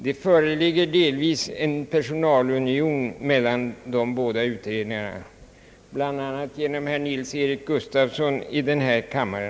Det föreligger delvis en personalunion mellan de båda utredningarna, bl.a. genom herr Nils-Eric Gustafsson i denna kammare.